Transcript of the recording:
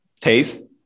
taste